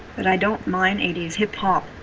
but i don't mind eighty s hip hop.